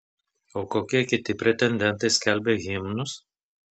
o kokie kiti pretendentai skelbia himnus